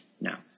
now